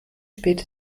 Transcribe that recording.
spät